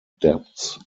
debts